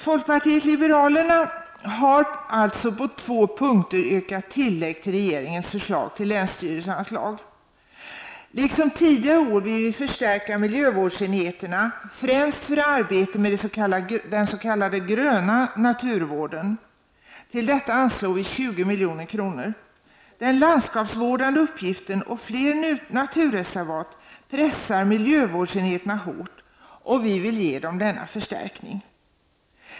Folkpartiet liberalerna har alltså på två punkter yrkat tillägg till regeringens förslag till länsstyrelseanslag. Liksom tidigare år vill vi förstärka miljövårdsenheterna, främst för arbete med den s.k. gröna naturvården. Till detta vill vi anslå 20 milj.kr. Den landskapsvårdande uppgiften och det förhållandet att vi har fler naturreservat pressar miljövårdsenheterna hårt, och vi vill ge dem denna förstärkning.